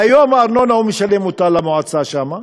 והיום הוא משלם את הארנונה למועצה שם,